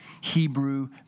Hebrew